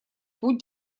путь